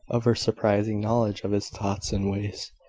of her surprising knowledge of his thoughts and ways,